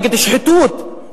נגד שחיתות,